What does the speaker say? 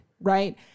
right